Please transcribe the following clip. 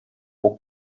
può